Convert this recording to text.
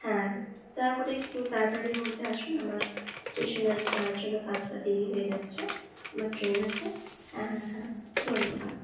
হ্যাঁ দয়া করে একটু তাড়াতাড়ির মধ্যে আসুন আমার স্টেশনে যাওয়ার জন্য তা ছাড়া দেরি হয়ে যাচ্ছে আমার ট্রেন আছে হ্যাঁ হ্যাঁ হ্যাঁ ধন্যবাদ